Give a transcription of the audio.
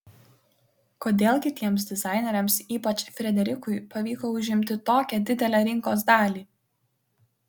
kodėl kitiems dizaineriams ypač frederikui pavyko užimti tokią didelę rinkos dalį